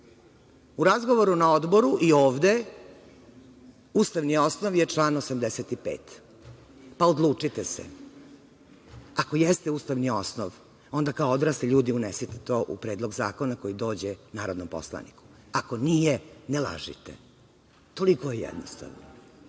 U razgovoru na Odboru i ovde ustavni osnov je član 85. Pa, odlučite se. Ako jeste ustavni osnov, onda kao odrasli ljudi unesite to u Predlog zakona koji dođe narodnom poslaniku. Ako nije, ne lažite. Toliko je jednostavno.